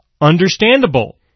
understandable